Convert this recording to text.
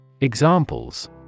Examples